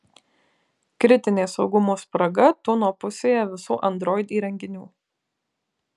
kritinė saugumo spraga tūno pusėje visų android įrenginių